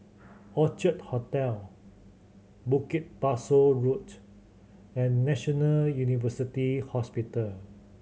Orchard Hotel Bukit Pasoh Road and National University Hospital